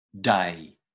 Day